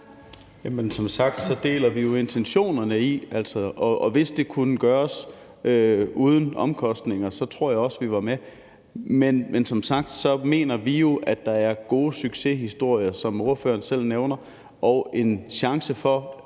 Som sagt deler vi jo intentionerne bag det, og hvis det kunne gøres uden omkostninger, tror jeg også, vi var med. Men som sagt mener vi jo, at der er gode succeshistorier, hvad ordføreren selv nævner, og en chance for,